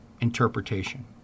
interpretation